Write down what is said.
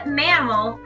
mammal